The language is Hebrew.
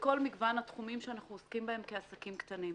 בכל מגוון התחומים שאנחנו עוסקים בהם כעסקים קטנים.